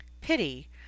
Pity